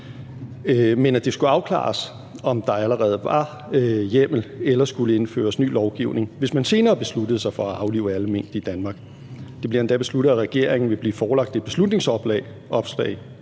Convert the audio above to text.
men at det skulle afklares, om der allerede var hjemmel eller skulle indføres ny lovgivning, hvis man senere besluttede sig for at aflive alle mink i Danmark. Det bliver endda besluttet, at regeringen vil blive forelagt et beslutningsoplæg,